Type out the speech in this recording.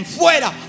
fuera